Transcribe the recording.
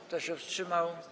Kto się wstrzymał?